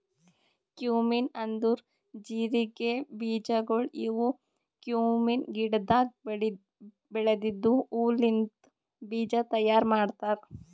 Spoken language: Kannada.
ಕ್ಯುಮಿನ್ ಅಂದುರ್ ಜೀರಿಗೆ ಬೀಜಗೊಳ್ ಇವು ಕ್ಯುಮೀನ್ ಗಿಡದಾಗ್ ಬೆಳೆದಿದ್ದ ಹೂ ಲಿಂತ್ ಬೀಜ ತೈಯಾರ್ ಮಾಡ್ತಾರ್